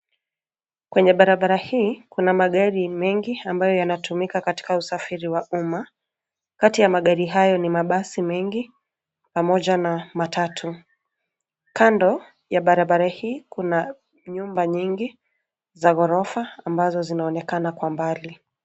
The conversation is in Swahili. Kwenye barabara hii kuna magari mengi ambayo yanatumika katika usafiri wa umma. Kati ya magari hayo ni mabasi mengi pamoja na matatu. Kando ya barabara hii kuna nyumba nyingi za ghorofa ambazo zinaonekana kwa mbali.